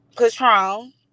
Patron